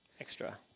extra